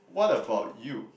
what about you